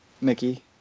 Mickey